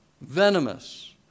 venomous